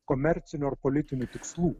komercinių ar politinių tikslų